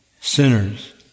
sinners